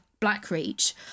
Blackreach